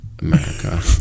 America